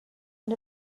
and